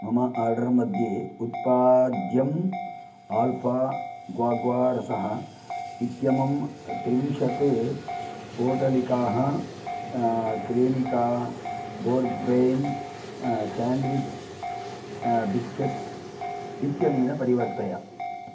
मम आर्डर्मध्ये उत्पाद्यम् आल्फा ग्वाग्वा रसः इत्यमुं त्रिंशत् पोटलिकाः क्रेमिका बोर्बेन् साण्ड्विच् बिस्केट्स् इत्यनेन परिवर्तय